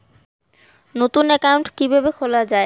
নতুন একাউন্ট কিভাবে খোলা য়ায়?